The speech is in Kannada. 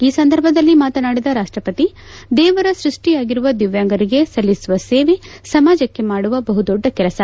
ಈ ಸಂದರ್ಭದಲ್ಲಿ ಮಾತನಾಡಿದ ರಾಷ್ಟಪತಿ ದೇವರ ಸೃಷ್ಟಿಯಾಗಿರುವ ದಿವ್ಯಾಂಗರಿಗೆ ಸಲ್ಲಿಸುವ ಸೇವೆ ಸಮಾಜಕ್ಕೆ ಮಾಡುವ ಬಹುದೊಡ್ಡ ಕೆಲಸ